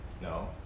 No